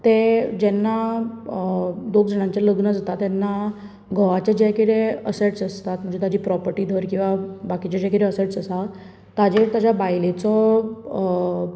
तें जेन्ना दोग जाणांचें लग्न जाता तेन्ना घोवाचे जे कितें असेट्स आसतात म्हणजे ताची प्रोपर्टी धर किंवां बाकीचे जे ताचे असेट्स आसा ताचेर ताचे बायलेचो